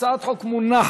הצעת חוק מונחת,